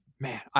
man